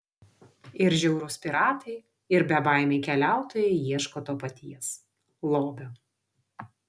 ir žiaurūs piratai ir bebaimiai keliautojai ieško to paties lobio